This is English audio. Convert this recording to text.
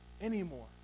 anymore